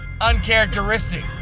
uncharacteristic